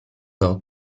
hoc